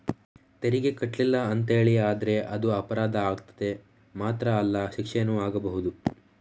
ತೆರಿಗೆ ಕಟ್ಲಿಲ್ಲ ಅಂತೇಳಿ ಆದ್ರೆ ಅದು ಅಪರಾಧ ಆಗ್ತದೆ ಮಾತ್ರ ಅಲ್ಲ ಶಿಕ್ಷೆನೂ ಆಗ್ಬಹುದು